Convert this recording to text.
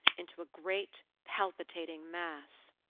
into a great, palpitating mass.